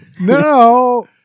No